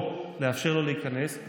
או לאפשר לו להיכנס,